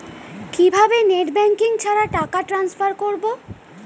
কিভাবে net banking ছাড়া টাকা টান্সফার করব?